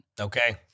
Okay